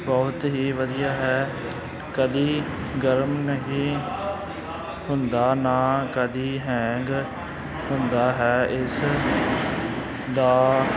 ਬਹੁਤ ਹੀ ਵਧੀਆ ਹੈ ਕਦੇ ਗਰਮ ਨਹੀਂ ਹੁੰਦਾ ਨਾ ਕਦੇ ਹੈਂਗ ਹੁੰਦਾ ਹੈ ਇਸ ਦਾ